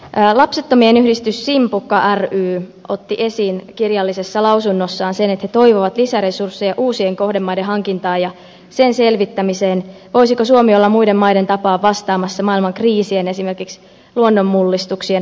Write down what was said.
lapsettomien yhdistys simpukka ry otti esiin kirjallisessa lausunnossaan sen että he toivovat lisäresursseja uusien kohdemaiden hankintaan ja sen selvittämiseen voisiko suomi olla muiden maiden tapaan vastaamassa maailman kriisien esimerkiksi luonnonmullistuksien aiheuttamaan adoptiotarpeeseen